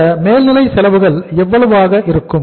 இந்த மேல்நிலை செலவுகள் எவ்வளவாக இருக்கும்